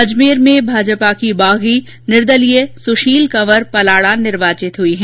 अजमेर में भाजपा की बागी निर्दलीय सूर्शाल कंवर पलाड़ा निर्वाचित हुई है